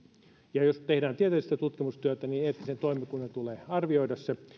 ja jos tehdään tieteellistä tutkimustyötä niin eettisen toimikunnan tulee arvioida se